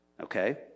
Okay